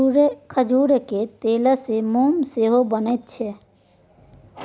खजूरक तेलसँ मोम सेहो बनैत छै